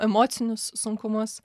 emocinius sunkumus